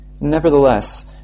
Nevertheless